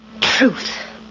Truth